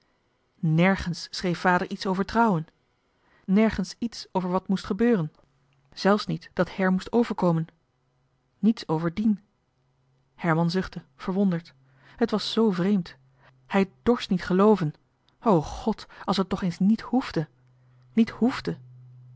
nergens schreef vader iets over trouwen nergens iets over wat moest gebeuren zelfs niet dat her moest overkomen niets over dien herman zuchtte verwonderd het was z vreemd hij dorst niet gelooven o god als het toch eens niet hoefde niet hoefde